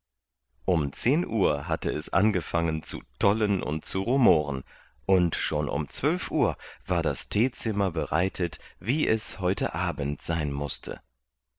um zehn uhr hatte es angefangen zu tollen und zu rumoren und schon um zwölf uhr war das teezimmer bereitet wie es heute abend sein mußte